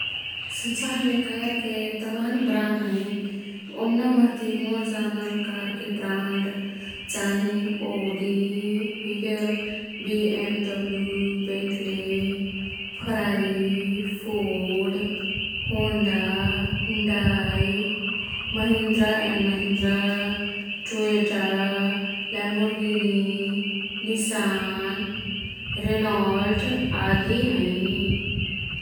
संसारमे कारके तमान ब्राण्ड हैं। ओम्न मह्ती मोर् जानल कारके ब्राण्ड चाहिँ ओडी हुइगेल BMW, Bentley, Ferrari, Ford, Honda, Hyundai, Mahindra and Mahindra, Toyota, Lamborghini, Nissan, Renault आदि हैं।